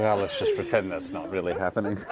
yeah let's just pretend that's not really happening.